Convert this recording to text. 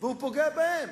הוא פוגע בהם.